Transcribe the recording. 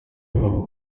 babo